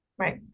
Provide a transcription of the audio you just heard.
Right